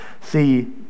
See